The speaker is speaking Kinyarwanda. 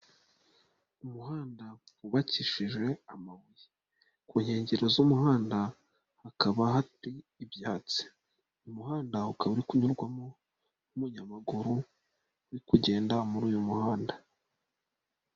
Umuhanda wubakishijwe amabuye ku nkengero z'umuhanda hakaba hari ibyatsi, uyu muhanda ukaba uri kunyurwamo n'umunyamaguru uri kugenda muri uyu muhanda.